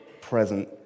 present